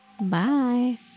bye